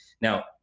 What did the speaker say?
now